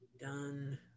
done